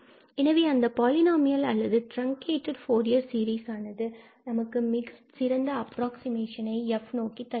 எனவே அந்த பாலினாமியல் அல்லது டிரங்கேட்டட் ஃபூரியர் சீரிஸானது நமக்கு மிகச் சிறந்த அப்ராக்ஸிமேஷன் f நோக்கி தருகிறது